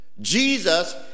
Jesus